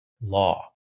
law